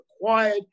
required